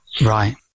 Right